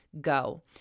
go